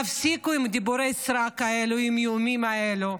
תפסיקו עם דיבורי הסרק האלה ועם האיומים האלה.